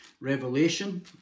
Revelation